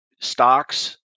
stocks